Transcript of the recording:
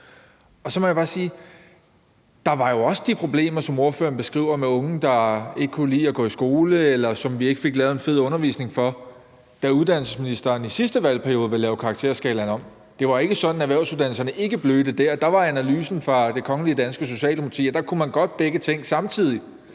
der jo også var de problemer, som ordføreren beskriver, med unge, der ikke kunne lide at gå i skole, eller som vi ikke fik lavet en fed undervisning for, da uddannelsesministeren i sidste valgperiode ville lave karakterskalaen om. Det var ikke sådan, at erhvervsuddannelserne ikke blødte der. Der var analysen fra det kongelige danske Socialdemokrati, at der kunne man godt begge ting samtidig.